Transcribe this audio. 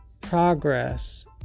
progress